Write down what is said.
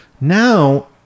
now